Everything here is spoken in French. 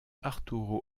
arturo